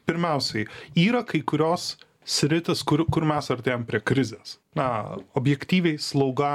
pirmiausiai yra kai kurios sritys kur kur mes artėjam prie krizės na objektyviai slauga